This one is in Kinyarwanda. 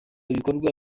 ibikorwa